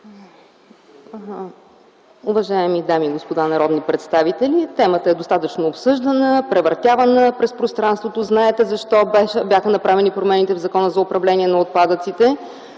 Уважаеми дами и господа народни представители! Темата е достатъчно обсъждана, превъртявана през пространството, знаете защо бяха направени промените в Закона за управление на отпадъците.